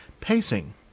Pacing